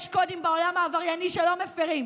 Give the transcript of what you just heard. יש קודים בעולם העברייני שלא מפירים,